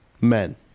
men